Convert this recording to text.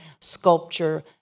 sculpture